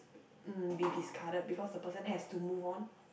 um be discarded because the person has to move on